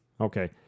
Okay